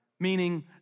Meaning